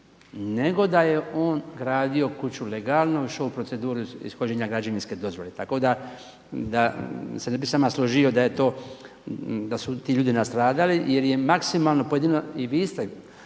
nego da je on gradio kuću legalno još ovu proceduru ishođenja građevinske dozvole. Tako da se ne bih s vama složio da je to, da su ti ljudi nastradali jer je maksimalno pojedino, i vi ste